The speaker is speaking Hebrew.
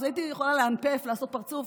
אז הייתי יכולה לאנפף או לעשות פרצוף.